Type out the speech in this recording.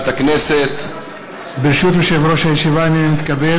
אני קובע